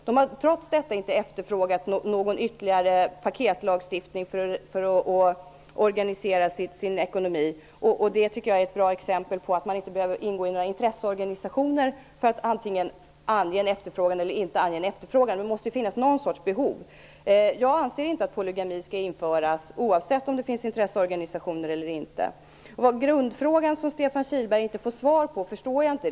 De har trots detta inte efterfrågat någon ytterligare paketlagstiftning för att organisera sin ekonomi. Det är ett bra exempel på att man inte behöver ingå i några intresseorganisationer för att antingen ange en efterfrågan eller inte ange en efterfrågan. Det måste ju finnas ett slags behov. Jag anser inte att polygami skall införas, oavsett om det finns intresseorganisationer eller inte. Den grundfråga som Stefan Kihlberg inte får svar på förstår jag inte.